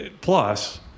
Plus